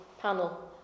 panel